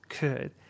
good